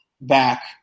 back